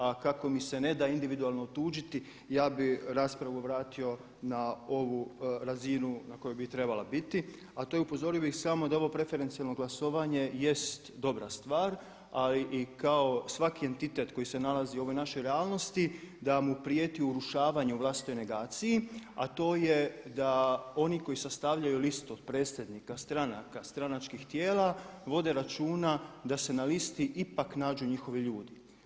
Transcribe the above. A kako mi se ne da individualno tužiti ja bih raspravu vratio na ovu razinu na kojoj bi i trebala biti a to je upozorio bih samo da ovo preferencijalno glasovanje jest dobra stvar a i kao svaki entitet koji se nalazi u ovoj našoj realnosti da mu prijeti urušavanje u vlastitoj negaciji, a to je da oni koji sastavljaju liste od predsjednika stranka, stranačkih tijela vode računa da se na listi ipak nađu njihovi ljudi.